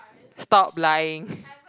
stop lying